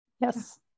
yes